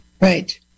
Right